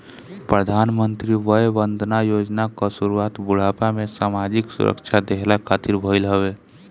प्रधानमंत्री वय वंदना योजना कअ शुरुआत बुढ़ापा में सामाजिक सुरक्षा देहला खातिर भईल हवे